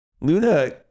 Luna